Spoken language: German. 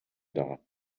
dar